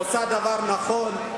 עושה דבר נכון,